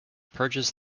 purges